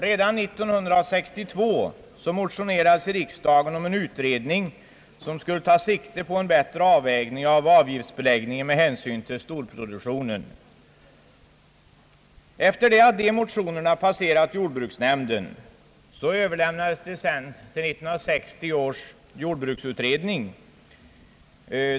Redan 1962 motionerades i riksdagen om en utredning som skulle ta sikte på en bättre avvägning av avgiftsbeläggningen med hänsyn till storproduktionen. Sedan motionerna passerat jordbruksnämnden överlämnades de till 1960 års jordbruksutredning.